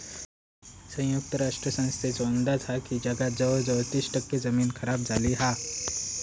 संयुक्त राष्ट्र संस्थेचो अंदाज हा की जगात जवळजवळ तीस टक्के जमीन खराब झाली हा